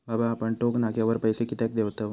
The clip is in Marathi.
बाबा आपण टोक नाक्यावर पैसे कित्याक देतव?